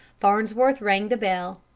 farnsworth rang the bell.